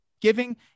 giving